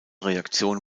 reaktion